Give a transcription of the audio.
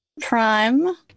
Prime